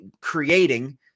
creating